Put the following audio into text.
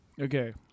Okay